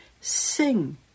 Sing